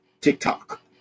TikTok